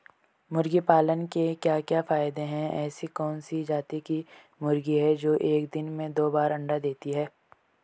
मुर्गी पालन के क्या क्या फायदे हैं ऐसी कौन सी जाती की मुर्गी है जो एक दिन में दो बार अंडा देती है?